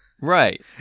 Right